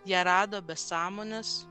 ją rado be sąmonės